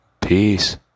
peace